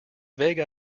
vague